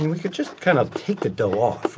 and we could just kind of take the dough off,